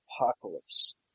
Apocalypse